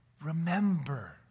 Remember